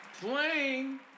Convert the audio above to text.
playing